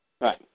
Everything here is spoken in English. Right